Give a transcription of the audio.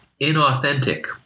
inauthentic